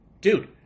Dude